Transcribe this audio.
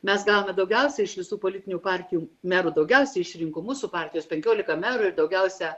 mes gavome daugiausiai iš visų politinių partijų merų daugiausiai išrinko mūsų partijos penkiolika merų ir daugiausia